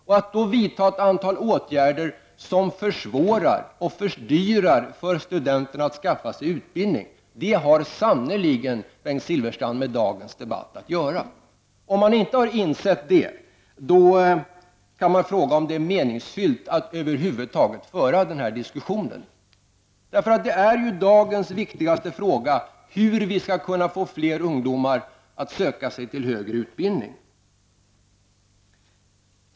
Att det då vidtas ett antal åtgärder som försvårar och fördyrar för studenterna att skaffa sig utbildning har sannerligen med dagens debatt att göra. Om Bengt Silfverstrand inte har insett det frågar jag mig om det är meningsfullt att över huvud taget föra denna diskussion. Dagens viktigaste fråga är hur vi skall få fler ungdomar att söka sig till högre utbildning.